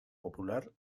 popular